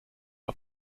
are